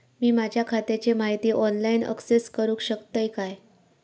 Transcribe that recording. मी माझ्या खात्याची माहिती ऑनलाईन अक्सेस करूक शकतय काय?